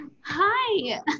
Hi